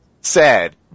sad